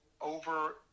Over